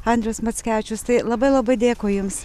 andrius mackevičius tai labai labai dėkui jums